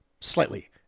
slightly